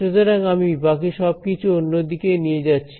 সুতরাং আমি বাকি সবকিছু অন্যদিকে নিয়ে যাচ্ছি